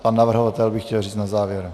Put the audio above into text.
Pan navrhovatel by chtěl říct na závěr.